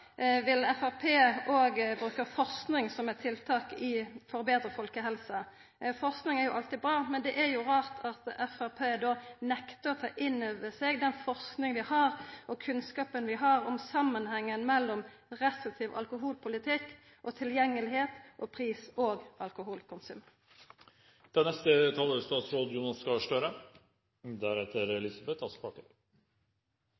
vil bruka forsking som eit tiltak for å betra folkehelsa. Forsking er alltid bra, men det er jo rart at Framstegspartiet nektar å ta inn over seg den forskinga og kunnskapen vi har, om samanhengen mellom ein restriktiv alkoholpolitikk og tilgjengelegheit, og mellom pris og alkoholkonsum. Noen tilleggskommentarer – den ene går på det